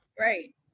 Right